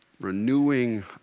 renewing